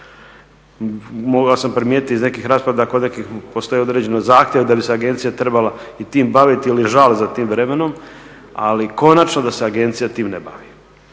Mogao sam primijetiti iz nekih rasprava da kod nekih postoji određeni zahtjev da bi se agencija trebala i tim baviti ili žale za tim vremenom, ali konačno da se agencija tim ne bavi.